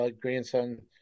grandson